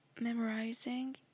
memorizing